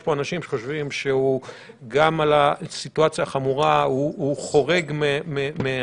יש פה אנשים שחושבים שגם בסיטואציה החמורה הוא חורג מהסבירות.